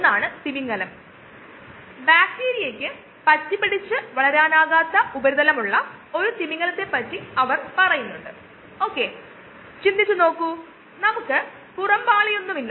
ഒരു മേശ മുകളിൽ ഇരിക്കുന്ന എന്തെങ്കിലും ഒരു ചെറിയ സാധനം പോലെ ഒരു 1 2 ലിറ്റർ റിയാക്ടർ അല്ലെങ്കിൽ ഒരു ലാബ് ബെഞ്ചിൽ ഇരിക്കുന്ന എന്തെങ്കിലും ആയിരിക്കും ചിലപ്പോൾ 15 ലിറ്റർ റിയാക്ടർ വ്യവസായത്തിൽ അത് 1 ലക്ഷം ലിറ്റർ വരെ ഉൾകൊള്ളൂന്ന വലിയ സ്ഥലം ആകാം കുറച്ച് ലക്ഷം ലിറ്റർ തുടങ്ങിയവ